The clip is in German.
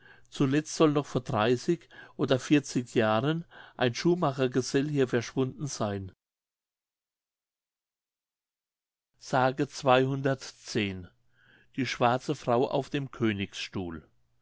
zuletzt soll noch vor dreißig oder vierzig jahren ein schuhmachergesell hier verschwunden seyn die schwarze frau auf dem königsstuhl